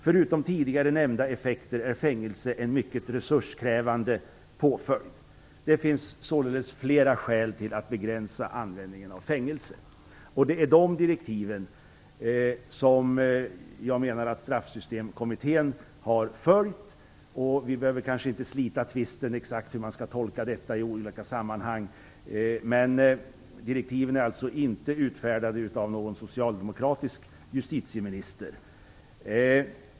Förutom tidigare nämnda effekter är fängelse en mycket resurskrävande påföljd. Det finns således flera skäl till att begränsa användningen av fängelse." Jag menar att Straffsystemkommittén har följt dessa direktiv. Vi behöver kanske inte exakt här och nu tvista om hur detta skall tolkas i olika sammanhang, men direktiven är alltså inte utfärdade av någon socialdemokratisk justitieminister.